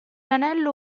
anello